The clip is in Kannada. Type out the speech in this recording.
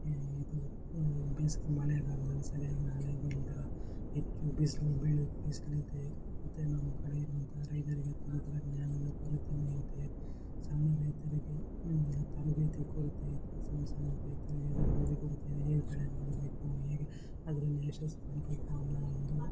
ಈ ಇದು ಬೇಸಿಗೆ ಮಳೆಗಾಲದಲ್ಲಿ ಸರಿಯಾಗಿ ಮಳೆ ಬೀಳೋದಿಲ್ಲ ಹೆಚ್ಚು ಬಿಸಿಲು ಬೀಳೋ ಬಿಸಿಲಿದೆ ಮತ್ತು ನಮ್ಮ ಕಡೆ ರೈತರಿಗೆ ತಂತ್ರಜ್ಞಾನದ ಕೊರತೆಯೂ ಇದೆ ಸಣ್ಣ ರೈತರಿಗೆ ತರಬೇತಿ ಕೊರತೆ ಇದೆ ಸಣ್ಣ ಸಣ್ಣ ರೈತರಿಗೆ ಕೊರತೆ ಇದೆ ಹೇಗೆ ಬೆಳೆ ಮಾಡಬೇಕು ಹೇಗೆ ಅದರಲ್ಲಿ ಯಶಸ್ಸು ಕಾಣಬೇಕು ಅನ್ನೋ ಒಂದು